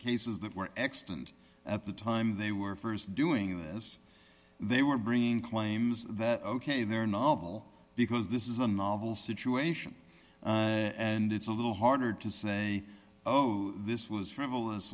cases that were extant at the time they were st doing this they were bringing claims that ok their novel because this is a novel situation and it's a little harder to say oh this was frivolous